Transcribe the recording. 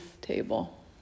table